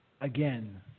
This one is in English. again